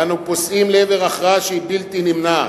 ואנו פוסעים לעבר הכרעה שהיא בלתי נמנעת.